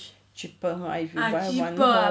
cheaper right if you buy one